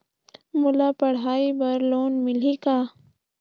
मोला पढ़ाई बर लोन मिलही का?